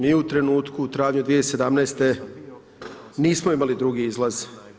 Mi u trenutku, travnju 2017. nismo imali drugi izlaz.